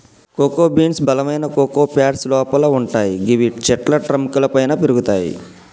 cocoa beans బలమైన cocoa pods లోపల వుంటయ్ గివి చెట్ల ట్రంక్ లపైన పెరుగుతయి